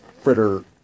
Fritter